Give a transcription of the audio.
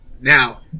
Now